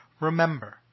Remember